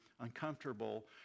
uncomfortable